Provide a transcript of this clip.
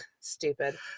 stupid